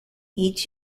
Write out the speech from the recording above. each